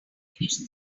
finish